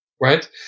Right